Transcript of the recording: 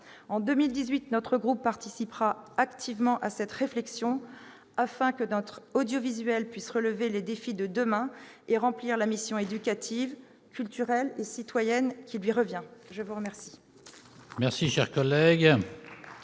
En 2018, notre groupe participera activement à cette réflexion, afin que notre audiovisuel puisse relever les défis de demain et remplir la mission éducative, culturelle et citoyenne qui lui revient. La parole est à M.